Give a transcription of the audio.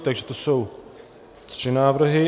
Takže to jsou tři návrhy.